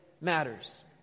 matters